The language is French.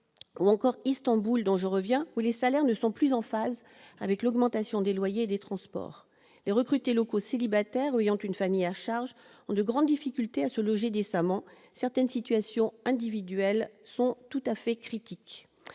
ou encore Istanbul, dont je reviens, où leurs salaires ne sont plus en phase avec l'augmentation des loyers et des transports. Les recrutés locaux célibataires ou ayant une famille à charge ont de grandes difficultés à se loger décemment. Certaines situations individuelles sont tout à fait critiques.